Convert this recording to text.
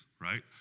right